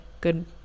good